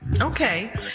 Okay